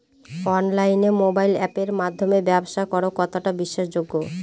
অনলাইনে মোবাইল আপের মাধ্যমে ব্যাবসা করা কতটা বিশ্বাসযোগ্য?